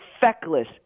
feckless